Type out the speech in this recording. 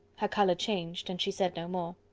her colour changed, and she said no more.